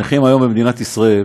הנכים היום במדינת ישראל